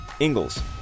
Ingalls